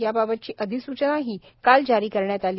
याबाबतची अधिसूनचनाही काल जारी करण्यात आली